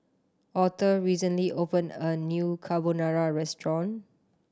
Author recently opened a new Carbonara Restaurant